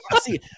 see